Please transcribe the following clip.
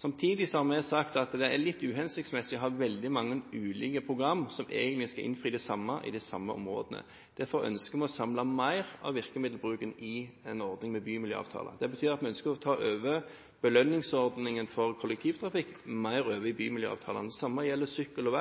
Samtidig har vi sagt at det er litt uhensiktsmessig å ha veldig mange ulike programmer, som egentlig skal innfri det samme i de samme områdene. Derfor ønsker vi å samle mer av virkemiddelbruken i en ordning med bymiljøavtaler. Det betyr at vi ønsker å føre belønningsordningen for kollektivtrafikken over i bymiljøavtalene. Det samme gjelder sykkel